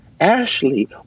Ashley